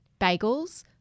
bagels